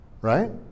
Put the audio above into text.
right